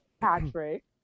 Patrick